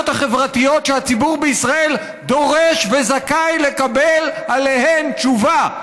החברתיות שהציבור בישראל דורש וזכאי לקבל עליהן תשובה.